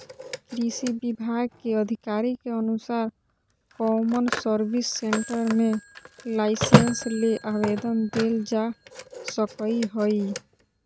कृषि विभाग के अधिकारी के अनुसार कौमन सर्विस सेंटर मे लाइसेंस ले आवेदन देल जा सकई हई